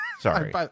sorry